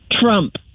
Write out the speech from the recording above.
trump